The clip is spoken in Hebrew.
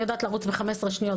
אני יודעת לרוץ ב-15 שניות,